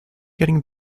getting